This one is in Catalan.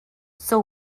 sou